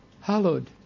hallowed